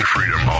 Freedom